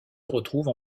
retrouvent